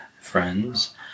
friends